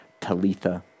Talitha